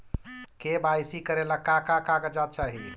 KYC करे ला का का कागजात चाही?